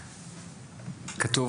כתוב,